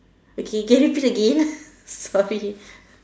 okay can you repeat again sorry